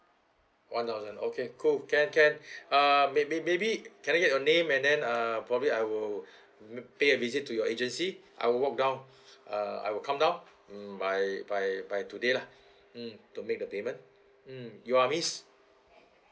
one thousand okay cool can can uh may~ maybe can I get your name and then uh probably I will pay a visit to your agency I will walk down uh I will come down mm by by by today lah mm to make the payment mm you are miss